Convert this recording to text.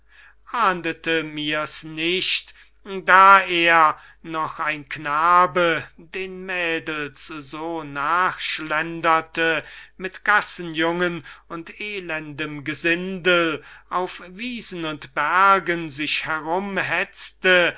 ahnete mirs nicht da er noch ein knabe den mädels so nachschlenderte mit gassenjungen und elendem gesindel auf wiesen und bergen sich